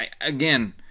Again